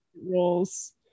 roles